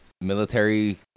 military